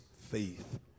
faith